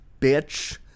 bitch